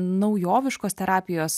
naujoviškos terapijos